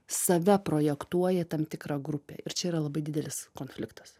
save projektuoja į tam tikrą grupę ir čia yra labai didelis konfliktas